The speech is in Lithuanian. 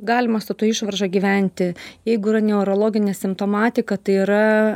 galima su ta išvarža gyventi jeigu yra neurologinė simptomatika tai yra